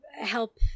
help